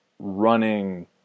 Running